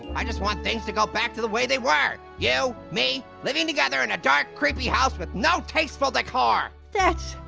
i just want things to go back to the way they were. you, yeah me, living together in a dark, creepy house with no tasteful decor. that's,